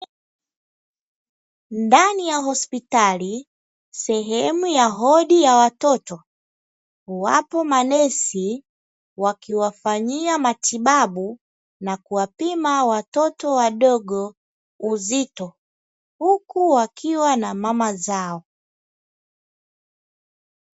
Ndani ya hospitali sehemu ya hodi ya watoto wapo manesi, wakiwafanyia matibabu na wakiwapima watoto wadogo uzito, huku wakiwa na mama zao.